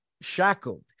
shackled